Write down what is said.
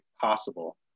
possible